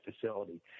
facility